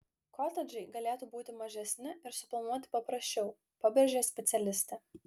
kotedžai galėtų būti mažesni ir suplanuoti paprasčiau pabrėžia specialistė